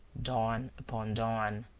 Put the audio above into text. dawn upon dawn.